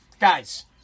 guys